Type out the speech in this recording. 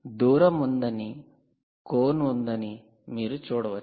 దూరం ఉందని కోన్ ఉందని మీరు చూడవచ్చు